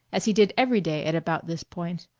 as he did every day at about this point,